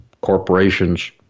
corporations